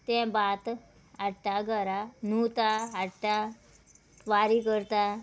तें भात हाडटा घरा न्हुंवता हाडटा वारी करता